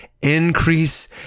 increase